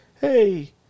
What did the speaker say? hey